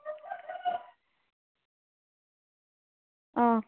ꯑꯥ